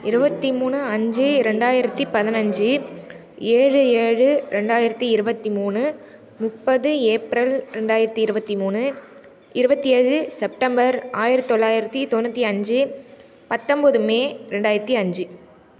இருபத்தி மூணு அஞ்சு ரெண்டாயிரத்தி பதினஞ்சி ஏழு ஏழு ரெண்டாயிரத்தி இருபத்தி மூணு முப்பது ஏப்ரல் ரெண்டாயிரத்தி இருபத்தி மூணு இருபத்தி ஏழு செப்டம்பர் ஆயிரத்தி தொள்ளாயிரத்தி தொண்ணூற்றி அஞ்சு பத்தொன்போது மே ரெண்டாயிரத்தி அஞ்சு